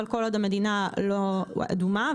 אבל כל עוד המדינה לא אדומה,